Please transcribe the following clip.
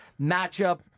matchup